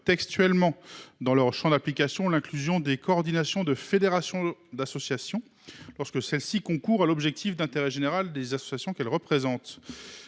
l’inclusion dans leur champ d’application des coordinations et fédérations d’associations, lorsque celles ci concourent à l’objectif d’intérêt général des associations qu’elles représentent.